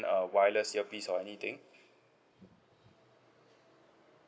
uh wireless earpiece or anything